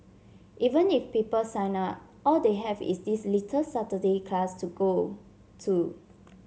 even if people sign up all they have is this little Saturday class to go to